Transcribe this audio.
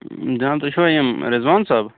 جِناب تُہۍ چھِوا یِم رِزوان صٲب